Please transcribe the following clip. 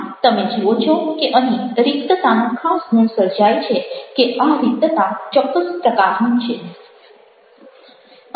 આમ તમે જુઓ છો કે અહીં રિકતતાનો ખાસ ગુણ સર્જાય છે કે આ રિકતતા ચોક્કસ પ્રકારની છે